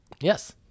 Yes